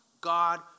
God